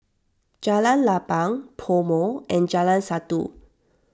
Jalan Lapang PoMo and Jalan Satu